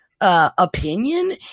Opinion